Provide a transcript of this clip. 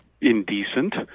indecent